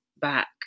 back